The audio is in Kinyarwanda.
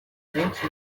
benshi